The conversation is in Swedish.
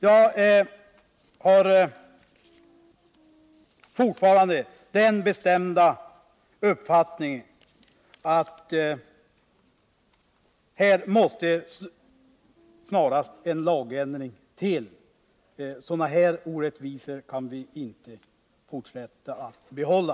Jag har fortfarande den bestämda uppfattningen att här måste snarast en lagändring till. Sådana här orättvisor kan vi inte fortsätta att behålla.